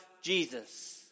Jesus